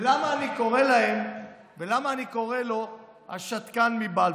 ולמה אני קורא לו השתקן מבלפור?